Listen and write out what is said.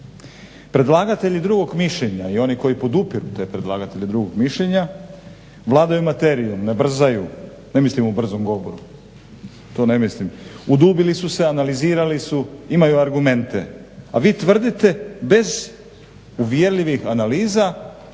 Predlagatelji drugog mišljenja i oni koji podupiru te predlagatelje drugog mišljenja vladaju materijom, ne brzaju, ne mislim o brzom govoru, to ne mislim udubili su se, analizirali su imaju argumenta, a vi tvrdite bez uvjerljivih analiza